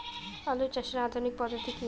আলু চাষের আধুনিক পদ্ধতি কি?